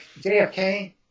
JFK